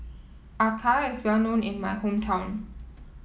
Acar is well known in my hometown